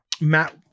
Matt